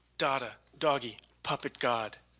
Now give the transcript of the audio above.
dotta, doggie, puppet god,